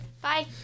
bye